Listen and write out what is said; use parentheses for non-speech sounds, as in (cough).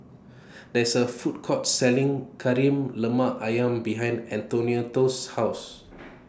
There IS A Food Court Selling Kari Lemak Ayam behind Antionette's House (noise)